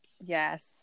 Yes